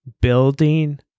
Building